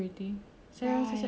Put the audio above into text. I will go through it you know